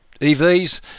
EVs